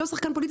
לא שחקן פוליטי,